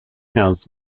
has